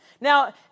Now